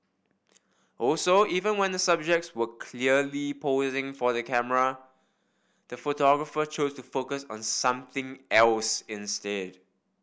also even when the subjects were clearly posing for the camera the photographer chose to focus on something else instead